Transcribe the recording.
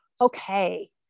okay